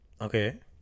Okay